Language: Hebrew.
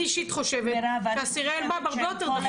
אני אישית חושבת שאסירי אלמ"ב הרבה יותר מסוכנים.